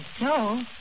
No